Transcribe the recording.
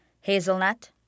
hazelnut